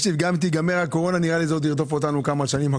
גם כשתיגמר הקורונה נראה לי שזה ירדוף אותנו כמה שנים,